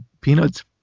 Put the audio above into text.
peanuts